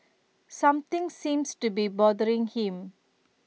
something seems to be bothering him